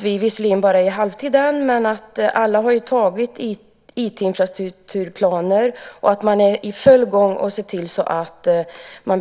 Vi är visserligen bara vid halvtid än, men alla har antagit IT-infrastrukturplaner och är i full gång med att se till att